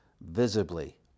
visibly